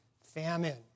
famine